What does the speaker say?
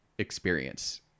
experience